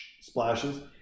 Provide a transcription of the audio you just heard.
splashes